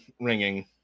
ringing